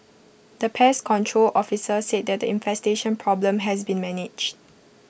the pest control officer said that the infestation problem has been managed